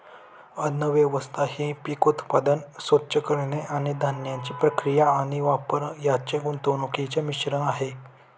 अन्नव्यवस्था ही पीक उत्पादन, स्वच्छ करणे आणि धान्याची प्रक्रिया आणि वापर यांचे गुंतागुंतीचे मिश्रण आहे